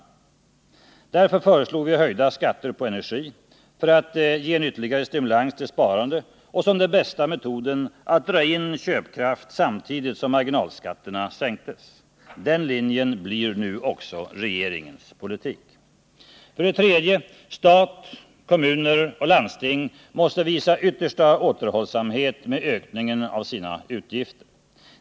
Därför föreslog vi höjda skatter på energi, för att ge en ytterligare stimulans till sparande och som den bästa metoden att dra in köpkraft samtidigt som marginalskatterna sänktes. Den linjen blir nu också regeringens politik. 3. Stat, kommuner och landsting måste visa yttersta återhållsamhet med ökningen av sina utgifter.